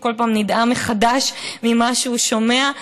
הוא כל פעם נדהם מחדש ממה שהוא שומע,